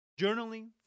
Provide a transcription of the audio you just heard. journaling